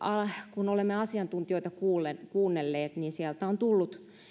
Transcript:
kun olemme asiantuntijoita kuunnelleet kuunnelleet sieltä on tullut